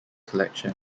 collection